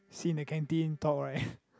sit in the canteen talk right